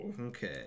okay